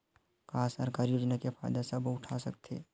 का सरकारी योजना के फ़ायदा सबो उठा सकथे?